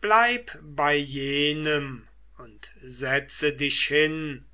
bleib bei jenem und setze dich hin